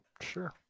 Sure